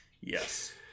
Yes